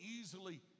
easily